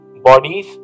bodies